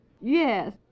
Yes